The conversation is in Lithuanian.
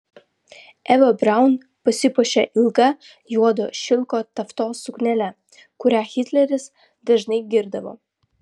eva braun pasipuošė ilga juodo šilko taftos suknele kurią hitleris dažnai girdavo